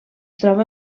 troba